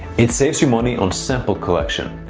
it saves you money on sample collection.